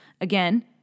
again